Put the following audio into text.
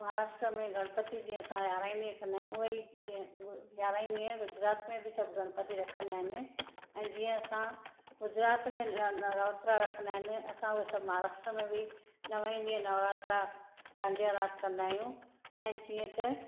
महाराष्ट्र में गणपति जींअ असां यारहं ई ॾींहं कंदा आहियूं ऊअं ई जीअं यारहं ॾीहं गुजरात में बि सभु गणपति रखंदा आहिनि ऐं जीअं असां गुजरात में नवरात्रा रखंदा आहिनि असां उहो सभु महाराष्ट्र में बि नव ई ॾींहं नवरात्रा डांडिया रास कंदा आहियूं ऐं जीअं त